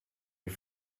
die